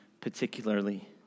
particularly